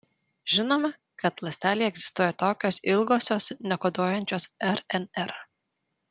žinome kad ląstelėje egzistuoja tokios ilgosios nekoduojančios rnr